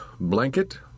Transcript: blanket